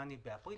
באפריל,